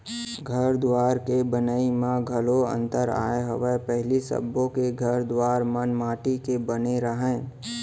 घर दुवार के बनई म घलौ अंतर आय हवय पहिली सबो के घर दुवार मन माटी के बने रहय